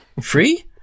Free